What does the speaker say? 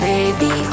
Baby